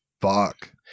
Fuck